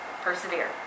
persevere